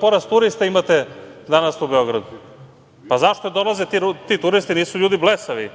porast turista imate danas u Beogradu? Pa, zašto dolaze ti ljudi turisti, nisu ljudi blesavi